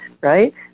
right